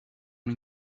una